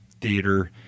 theater